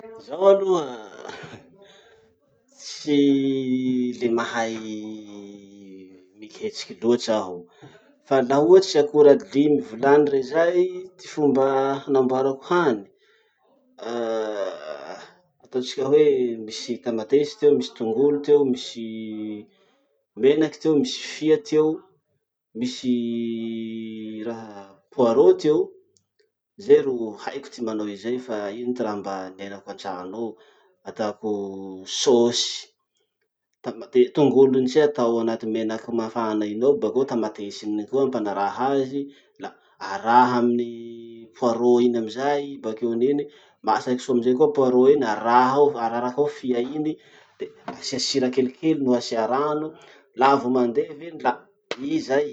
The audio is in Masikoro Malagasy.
Zaho aloha tsy le mahay miketriky loatsy aho. Fa laha ohatsy akora limy volany rey zay, ty fomba hanamboarako hany: ah ataotsika hoe misy tamatesy ty ao, misy tongolo ty ao, misy menaky ty ao, misy fia ty ao, misy raha poirot ty ao, zay ro haiko ty manao izay fa iny ty raha mba niainako antrano ao, ataoko sôsy. Tamate- tongolo iny tse atao anaty menaky mafana iny ao bakeo tamatesy iny koa ampanarahy azy, la araha amy poirot iny amizay i bakeon'iny, masaky soa amizay koa poirot iny, araha ao araraky ao fia iny, le asia sira kelikely noho asia rano. Laha vo mandevy iny la i zay.